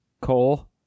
Cole